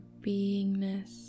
beingness